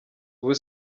ubu